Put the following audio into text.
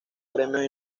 premios